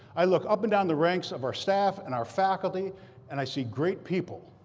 i look up and down the ranks of our staff and our faculty and i see great people.